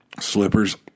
slippers